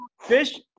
fish